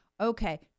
okay